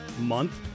month